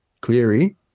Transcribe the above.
Cleary